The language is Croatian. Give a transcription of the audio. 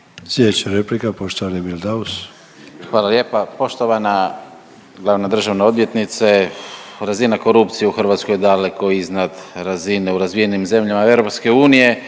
Sljedeća replika poštovani Emil Daus. **Daus, Emil (IDS)** Hvala lijepa. Poštovana glavna državna odvjetnice. Razina korupcije u Hrvatskoj je daleko iznad razine u razvijenim zemljama EU i povjerenje